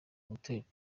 atorerwa